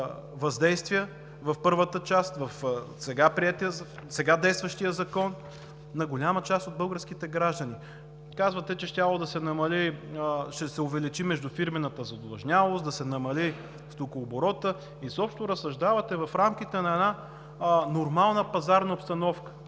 въздействия – в първата част, в сега действащия закон, на голяма част от българските граждани. Казвате, че щяла да се увеличи междуфирмената задлъжнялост, да се намали стокооборотът, изобщо разсъждавате в рамките на една нормална пазарна обстановка,